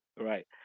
Right